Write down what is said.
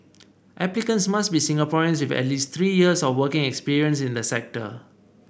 applicants must be Singaporeans with at least three years of working experience in the sector